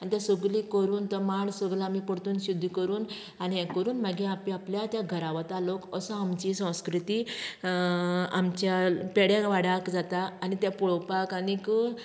आनी तें सगली कोरून तो मांड सगलो आमी परतून शुध्द कोरून आनी हें कोरून मागीर आपल्या त्या घरा वता लोक असो आमची संस्कृती आमच्या पेड्या वाड्याक जाता आनी तें पळोवपाक आनीक